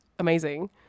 Amazing